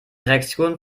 reaktion